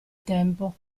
tempo